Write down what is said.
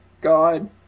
God